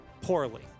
poorly